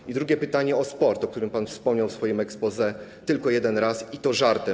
I drugie pytanie - o sport, o którym pan wspomniał w swoim exposé tylko jeden raz, i to żartem.